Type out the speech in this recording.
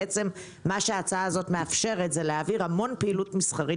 מה שההצעה הזאת מאפשרת זה להעביר המון פעילות מסחרית